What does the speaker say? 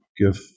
give